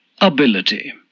Ability